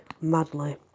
madly